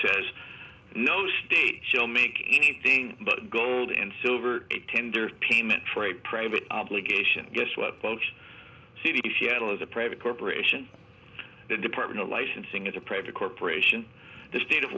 says no state shall make anything but gold and silver a tender payment for a private legation guess what most city seattle is a private corporation the department of licensing is a private corporation the state of